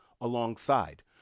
alongside